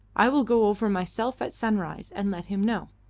i will go over myself at sunrise and let him know.